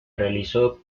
realizó